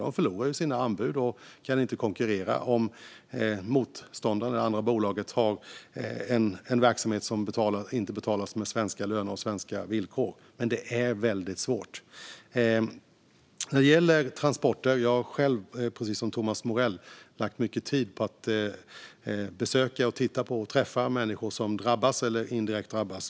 De förlorar sina anbud och kan inte konkurrera om det är så att motståndarna i det andra bolaget har en verksamhet där inte svenska löner och svenska villkor gäller. Detta är väldigt svårt. När det gäller transporter har jag själv precis som Thomas Morell lagt mycket tid på att besöka, titta på och träffa människor som direkt eller indirekt drabbas.